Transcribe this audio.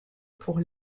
pour